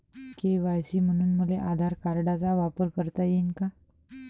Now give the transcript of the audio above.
KYC म्हनून मले आधार कार्डाचा वापर करता येईन का?